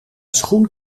schoen